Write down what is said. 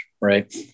right